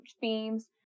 beams